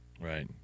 Right